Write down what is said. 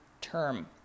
term